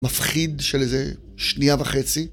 מפחיד של איזה שנייה וחצי.